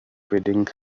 reading